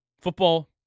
football